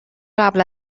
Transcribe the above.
قبل